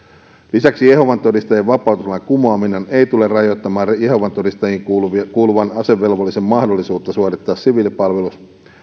lisäksi jehovan todistajien vapautuslain kumoaminen ei tule rajoittamaan jehovan todistajiin kuuluvan kuuluvan asevelvollisen mahdollisuutta suorittaa siviilipalvelus